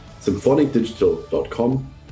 symphonicdigital.com